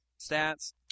stats